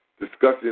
discussing